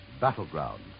Battleground